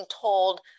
told